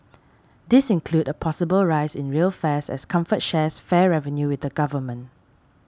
these include a possible rise in rail fares as Comfort shares fare revenue with the government